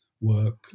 work